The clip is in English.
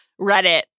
Reddit